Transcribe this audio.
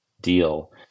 deal